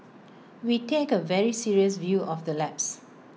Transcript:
we take A very serious view of the lapse